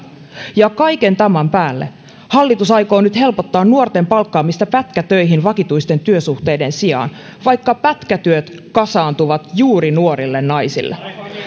ja kaiken tämän päälle hallitus aikoo nyt helpottaa nuorten palkkaamista pätkätöihin vakituisten työsuhteiden sijaan vaikka pätkätyöt kasaantuvat juuri nuorille naisille